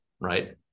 right